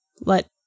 let